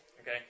Okay